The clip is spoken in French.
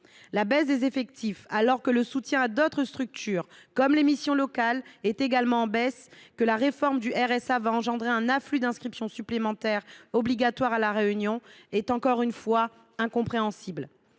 La diminution des effectifs, alors que le soutien à d’autres structures, comme les missions locales, est également en baisse, et alors que la réforme du RSA va engendrer un afflux d’inscriptions supplémentaires obligatoires à La Réunion, est inconcevable.